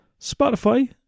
Spotify